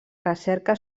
recerca